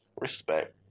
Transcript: Respect